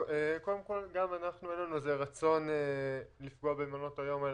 קודם כל גם אנחנו אין לנו איזה רצון לפגוע במעונות היום,